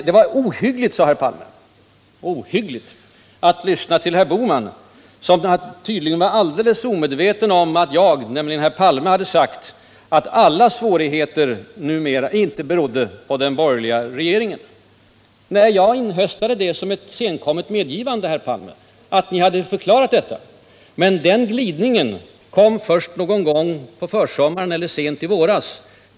Det var ”ohyggligt” att lyssna till herr Bohman, sade herr Palme, som tydligen menade att jag skulle varit alldeles omedveten om att han hade sagt att alla svårigheter numera inte berodde på den borgerliga regeringen. Nej, tvärtom inhöstade jag det som ett senkommet medgivande att ni hade medgivit detta. Men det erkännandet kom först någon gång på försommaren eller sent i våras.